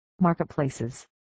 Marketplaces